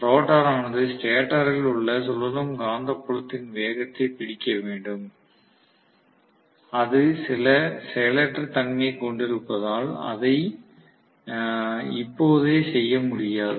rotor ஆனது stator ல் உள்ள சுழலும் காந்தப்புலத்தின் வேகத்தை பிடிக்க வேண்டும் அது சில செயலற்ற தன்மையைக் கொண்டிருப்பதால் அதை இப்போதே செய்ய முடியாது